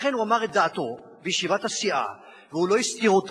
ולכן הוא אמר את דעתו בישיבת הסיעה והוא לא הסתיר אותה,